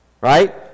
right